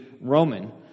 Roman